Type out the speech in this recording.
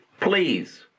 please